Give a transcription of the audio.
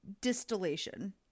distillation